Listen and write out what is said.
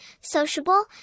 sociable